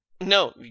No